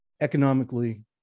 economically